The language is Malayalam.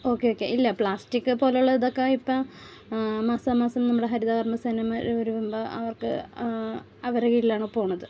ഓക്കേ ഓക്കേ ഇല്ല പ്ലാസ്റ്റിക് പോലെയുള്ള ഇതൊക്കെ ഇപ്പം മാസാ മാസം നമ്മുടെ ഹരിത കർമ്മ സേനമ്മാർ വരുമ്പം അവർക്ക് അവരുടെ കീഴിലാണ് പോകുന്നത്